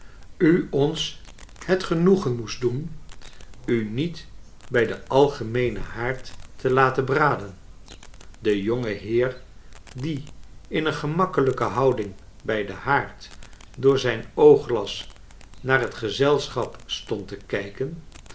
u ons het genoegen moest doen u niet bij den algemeenen haard te laten braden de jonge heer die in een gemakkelijke houding bij den haard door zijn oogglas naar het gezelschap stond te kijken